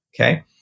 Okay